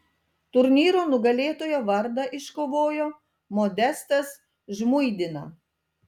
turnyro nugalėtojo vardą iškovojo modestas žmuidina